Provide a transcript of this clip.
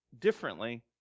differently